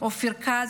אופיר כץ.